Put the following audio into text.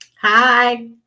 Hi